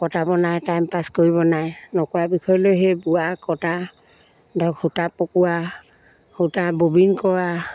কটাব নাই টাইম পাছ কৰিব নাই নকৰাৰ বিষয়লৈ সেই বোৱা কটা ধৰক সূতা পকোৱা সূতা ববিন কৰা